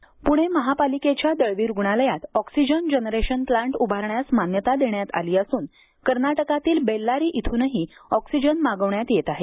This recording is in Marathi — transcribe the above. प्णे महापालिकेच्या दळवी रुग्णालयात ऑक्सिजन जनरेशन प्लांट उभारण्यास मान्यता देण्यात आली असून कर्नाटकातील बेल्लारी इथ्रनही ऑक्सिजन मागवण्यात येत आहे